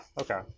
Okay